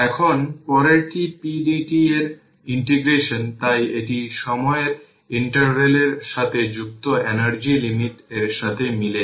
এখন পরেরটি pdt এর ইন্টিগ্রেশন তাই এটি সময়ের ইন্টারভ্যাল এর সাথে যুক্ত এনার্জি লিমিট এর সাথে মিলে যায়